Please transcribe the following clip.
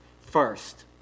first